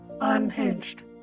unhinged